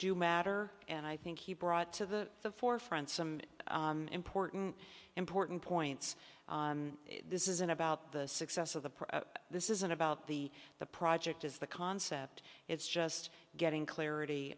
do matter and i think he brought to the forefront some important important points this isn't about the success of the press this isn't about the the project is the concept it's just getting clarity